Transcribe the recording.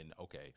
okay